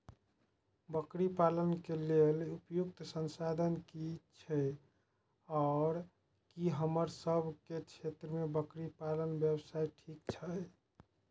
बकरी पालन के लेल उपयुक्त संसाधन की छै आर की हमर सब के क्षेत्र में बकरी पालन व्यवसाय ठीक छै?